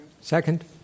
Second